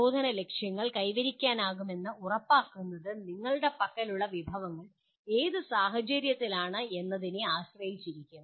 പ്രബോധന ലക്ഷ്യങ്ങൾ കൈവരിക്കാനാകുമെന്ന് ഉറപ്പാക്കുന്നത് നിങ്ങളുടെ പക്കലുള്ള വിഭവങ്ങൾ ഏത് സാഹചര്യത്തിലാണ് എന്നതിനെ ആശ്രയിച്ചിരിക്കും